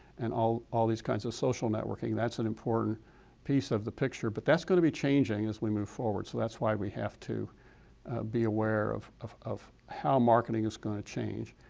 and all all these kinds of social networking, that's an important piece of the picture, but that's going to be changing as we move forward, so that's why we have to be aware of of how marketing is going to change.